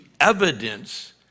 evidence